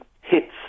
hits